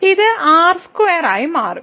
ഇത് r2 ആയി മാറും